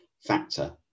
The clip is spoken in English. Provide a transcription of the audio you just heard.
factor